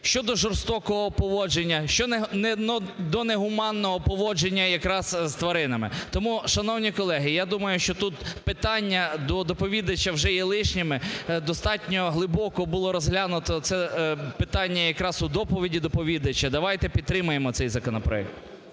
щодо жорстокого поводження, щодо негуманного поводження якраз з тваринами. Тому, шановні колеги, я думаю, що тут питання до доповідача вже є лишніми, достатньо глибоко було розглянуто це питання якраз у доповіді доповідача. Давайте підтримаємо цей законопроект.